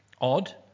Odd